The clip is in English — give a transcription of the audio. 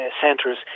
centres